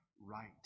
right